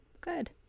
good